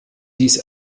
dies